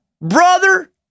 brother